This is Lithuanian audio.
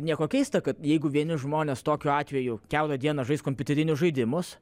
nieko keista kad jeigu vieni žmonės tokiu atveju kiaurą dieną žais kompiuterinius žaidimus